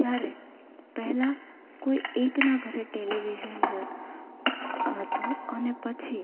ત્યારે પહેલાં કોઈ એકનાં ઘરે ટેલિવિઝન હતું અને પછી